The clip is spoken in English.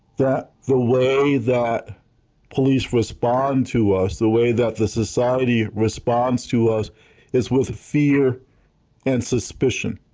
that the way that police respond to us, the way that the society responds to us is with fear and suspicion.